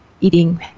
eating